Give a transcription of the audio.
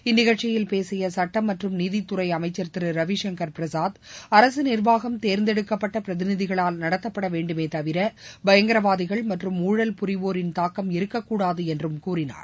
இந்நிகழ்ச்சியில் பேசிய சுட்டம் மற்றும் நீதித்துறை அமைச்சர் திரு ரவிசங்கர் பிரசாத் அரசு நிர்வாகம் தேர்ந்தெடுக்கப்பட்ட பிரதிநிதிகளால் நடத்தப்பட வேண்டுமே தவிர பயங்கரவாதிகள் மற்றும் ஊழல் புரிவோரின் தாக்கம் இருக்கக் கூடாது என்றும் கூறினார்